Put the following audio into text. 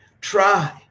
Try